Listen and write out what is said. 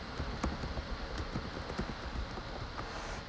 ah